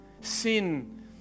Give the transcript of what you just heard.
sin